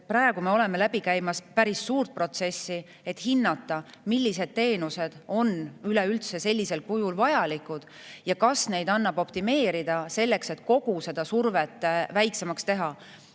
praegu me oleme läbi käimas päris suurt protsessi, et hinnata, millised teenused on üleüldse sellisel kujul vajalikud ja kas neid annab optimeerida, selleks, et kogu seda survet väiksemaks teha